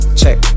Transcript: check